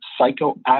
psychoactive